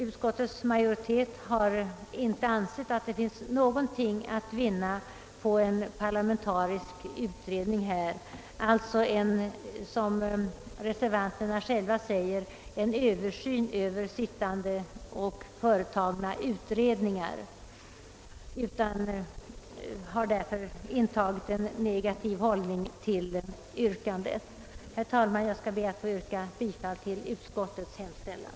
Utskottets majoritet har inte ansett att det finns någonting att vinna med en parlamentarisk utredning, som skulle göra en översyn av sittande och företagna utredningar. Utskottsmajoriteten har därför intagit en negativ hållning till motionsyrkandena. Herr talman! Jag ber att få yrka bifall till utskottets hemställan.